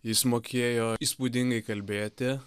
jis mokėjo įspūdingai kalbėti